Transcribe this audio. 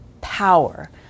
power